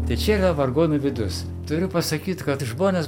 tai čia yra vargonų vidus turiu pasakyt kad žmonės